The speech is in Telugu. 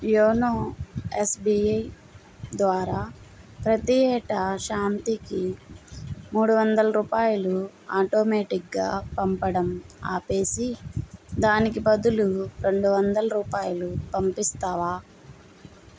యోనో ఎస్బీఐ ద్వారా ప్రతీ ఏటా శాంతికి మూడు వందల రూపాయలు ఆటోమేటిక్గా పంపడం ఆపేసి దానికి బదులు రెండు వందల రూపాయలు పంపిస్తావా